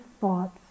thoughts